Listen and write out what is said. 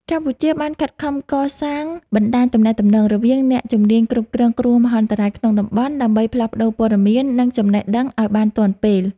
កម្ពុជាបានខិតខំកសាងបណ្តាញទំនាក់ទំនងរវាងអ្នកជំនាញគ្រប់គ្រងគ្រោះមហន្តរាយក្នុងតំបន់ ដើម្បីផ្លាស់ប្តូរព័ត៌មាន និងចំណេះដឹងឱ្យបានទាន់ពេល។